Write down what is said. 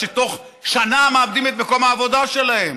שתוך שנה מאבדים את מקום העבודה שלהם.